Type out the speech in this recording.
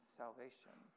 salvation